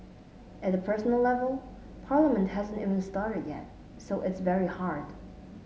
at a personal level Parliament hasn't even started yet so it's very hard